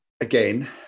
again